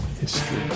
history